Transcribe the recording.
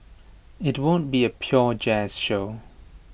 IT won't be A pure jazz show